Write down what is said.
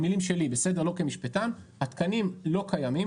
לא קיימים,